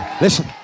Listen